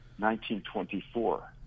1924